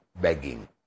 begging